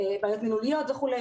בעיות מילוליות וכו'.